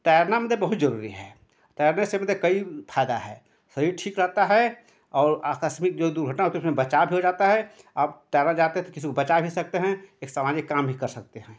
तैरना मतलब बहुत जरूरी है तैरने से मतलब कई फ़ायदा है शरीर ठीक रहता है और आकस्मिक जो दुर्घटना होती है उसमें बचाव भी हो जाता है आप तैरना जानते हैं तो किसी को बचा भी सकते हैं एक सामाजिक काम भी कर सकते हैं